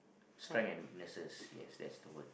strength and weaknesses yes that's the word